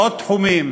בעוד תחומים.